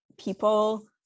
People